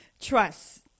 trust